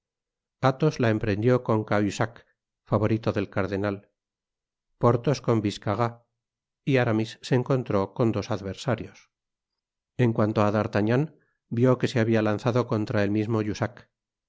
athos la emprendió con cahusach favorito del cardenal porthos con biscarat y aramis se encontró con dos adversarios en cuanto á d'artagnan vió que se habia lanzado contra el mismo